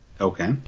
Okay